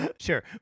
sure